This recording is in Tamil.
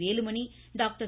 வேலுமணி டாக்டர்